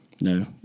No